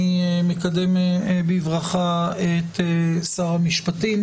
אני מקדם בברכה את שר המשפטים,